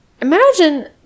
Imagine